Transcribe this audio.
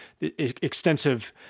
extensive